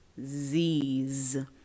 Zs